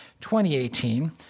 2018